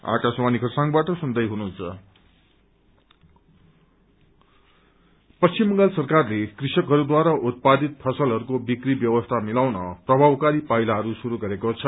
agriculture Paschim Bangal सरकारले कृषकहरूद्वारा उत्पादित फसलहरूको विक्री व्यवस्था मिलाउन प्रभावकारी पाईलाहरू शुरू गरेको छ